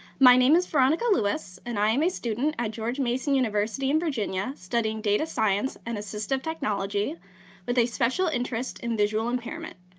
my name is veronica lewis and i am a student at george mason university in virginia studying data science and assistive technology with a special interest in visual impairment.